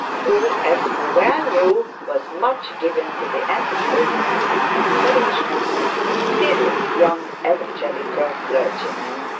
who, as he well knew, was much given to the entertainment and encouragement of serious young evangelical clergymen.